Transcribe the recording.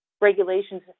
regulations